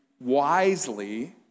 wisely